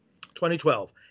2012